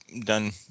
done